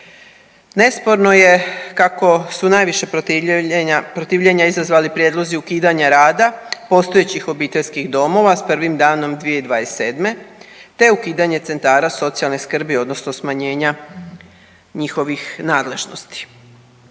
Nesporno je kako su najviše protivljenja izazvali prijedlozi ukidanja rada postojećih obiteljskih domova s prvim danom 2027., te ukidanje centara socijalne skrbi odnosno smanjenja njihovih nadležnosti.